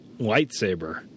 lightsaber